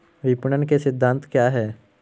विपणन के सिद्धांत क्या हैं?